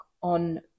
on